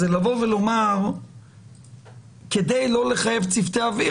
זה לבוא ולומר שכדי לא לחייב צוותי אוויר,